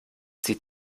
sie